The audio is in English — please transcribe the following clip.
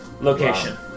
location